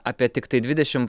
apie tiktai dvidešim